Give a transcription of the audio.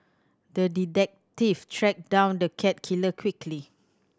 the detective tracked down the cat killer quickly